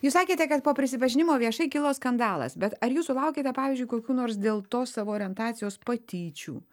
jūs sakėte kad po prisipažinimo viešai kilo skandalas bet ar jūs sulaukėte pavyzdžiui kokių nors dėl to savo orientacijos patyčių